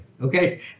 Okay